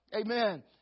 Amen